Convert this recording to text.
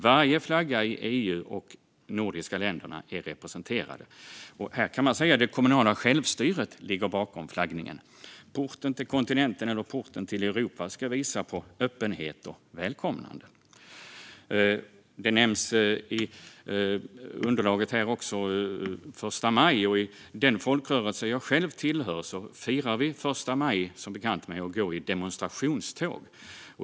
Varje flagga i EU och de nordiska länderna är representerad. Här kan man säga att det kommunala självstyret ligger bakom flaggningen. Porten till kontinenten eller porten till Europa ska visa på öppenhet och välkomnande. I underlaget nämns också första maj. I den folkrörelse jag själv tillhör firar vi som bekant första maj med att gå i demonstrationståg.